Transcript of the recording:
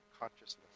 consciousness